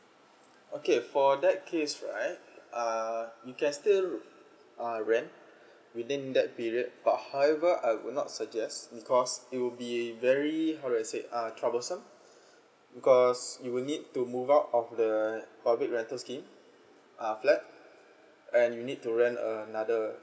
okay for that case right uh you can still uh rent within that period but however I would not suggest because it will be very how I said troublesome because you need to move out of the public rental scheme uh flat and you need to rent another